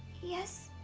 yes.